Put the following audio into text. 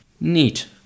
Neat